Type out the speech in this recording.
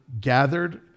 gathered